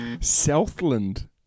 Southland